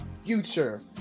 future